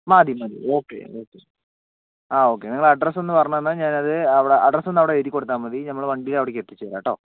മതി മതി ഓക്കെ ആ ഓക്കെ നിങ്ങൾ അഡ്രസ്സ് ഒന്ന് പറഞ്ഞുതന്നാൽ ഞാൻ അത് അവിടെ അഡ്രസ്സ് ഒന്ന് എഴുതിക്കൊടുത്താൽ മതി നമ്മൾ വണ്ടിയിൽ അവിടേക്ക് എത്തിച്ചു തരാട്ടോ